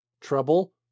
trouble